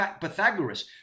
Pythagoras